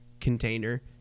container